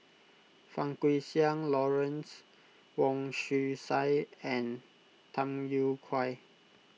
Fang Guixiang Lawrence Wong Shyun Tsai and Tham Yui Kai